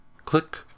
Click